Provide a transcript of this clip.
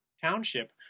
township